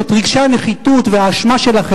על רגשי הנחיתות והאשמה שלכם